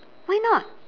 why not